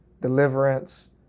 deliverance